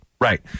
Right